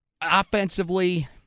Offensively